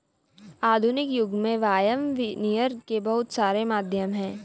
आधुनिक युग में वायर विनियम के बहुत सारे माध्यम हैं